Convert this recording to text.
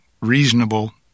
reasonable